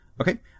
Okay